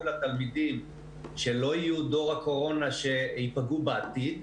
לתלמידים שלא יהיו דור הקורונה שייפגעו בעתיד,